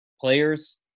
players